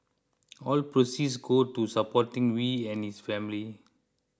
all proceeds go to supporting Wee and his family